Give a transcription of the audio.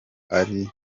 ariyo